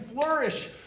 flourish